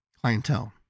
clientele